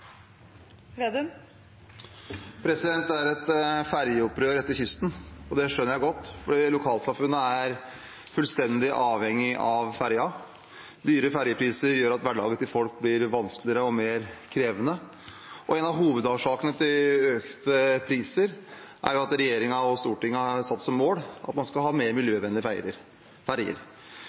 Det er et ferjeopprør langsetter kysten, og det skjønner jeg godt, for lokalsamfunnene er fullstendig avhengig av ferjene. Høye ferjepriser gjør at hverdagen til folk blir vanskeligere og mer krevende. En av hovedårsakene til økte priser er at regjeringen og Stortinget har satt som mål at man skal ha mer miljøvennlige ferjer.